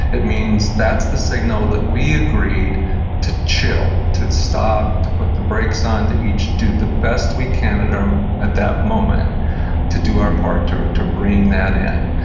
it means that's the signal that we agreed to chill, to stop, to put the brakes on, to each do the best we can and um at that moment to do our part to to reign that in.